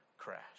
crash